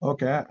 Okay